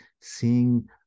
seeing